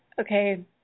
okay